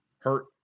hurt